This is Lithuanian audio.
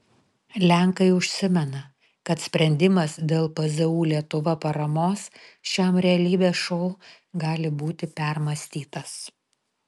lenkai užsimena kad sprendimas dėl pzu lietuva paramos šiam realybės šou gali būti permąstytas